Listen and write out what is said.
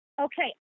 okay